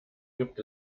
gibt